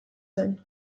zen